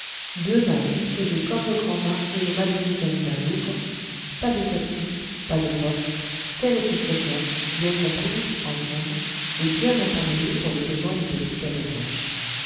mâts disposés comme le grand mât et le mât de misaine d'un lougre pas de tape cul pas de focs telle était cette jonque bien comprise en somme et bien appareillée pour les besoins du petit cabotage